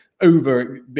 over